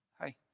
hi